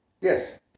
Yes